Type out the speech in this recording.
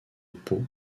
pau